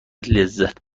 لذت